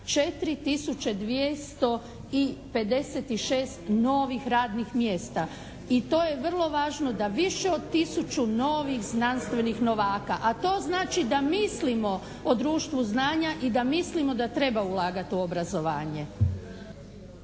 256 novih radnih mjesta i to je vrlo važno da više od tisuću novih znanstvenih novaka, a to znači da mislimo o društvu znanja i da mislimo da treba ulagati u obrazovanje.